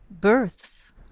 births